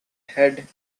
head